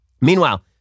Meanwhile